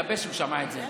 הוא התייבש כשהוא שמע את זה.